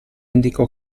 indicò